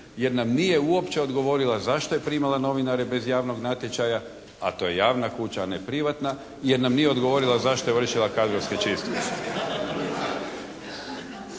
jer nam nije uopće odgovorila zašto je primala novinare bez javnog natječaja a to je javna kuća a ne privatna. Jer nam nije odgovorila zašto je vršila kadrovske čistke?